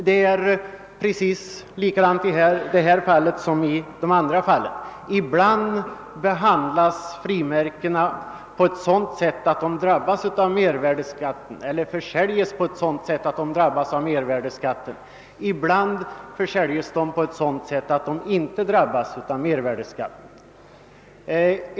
Det är precis likadant i detta fall som i de andra fallen: frimärkena försäljes ibland på ett sådant sätt att de drabbas av mervärdeskatt, ibland på ett sådant sätt att de inte drabbas av mervärdeskatt.